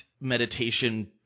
meditation